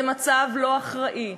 זה מצב לא אחראי,